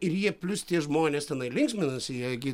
ir jie plius tie žmonės tenai linksminasi jie gi